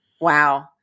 Wow